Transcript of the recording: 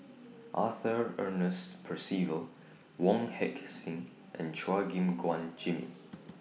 Arthur Ernest Percival Wong Heck Sing and Chua Gim Guan Jimmy